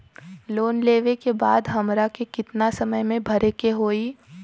Loan लेवे के बाद हमरा के कितना समय मे भरे के होई?